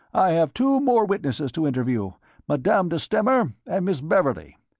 i have two more witnesses to interview madame de stamer and miss beverley.